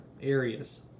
areas